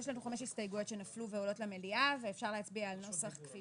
אז יש לנו חמש הסתייגויות שנפלו ועולות למליאה ואפשר להצביע על נוסח כפי